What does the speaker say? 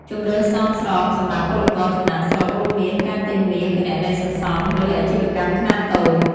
ជម្រើសសមស្របសម្រាប់ពលករចំណាកស្រុករួមមានការទិញមាស គណនីសន្សំ ឬអាជីវកម្មខ្នាតតូច។